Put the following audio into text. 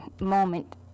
moment